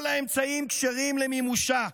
כל האמצעים כשרים למימושה,